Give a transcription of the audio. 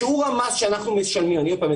שיעור המס שאנחנו משלמים עוד פעם,